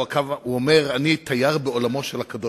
הוא אומר: אני תייר בעולמו של הקדוש-ברוך-הוא.